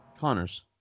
Connors